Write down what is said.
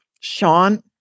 Sean